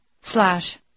Slash